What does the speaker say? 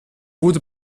wurde